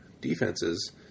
defenses